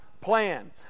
plan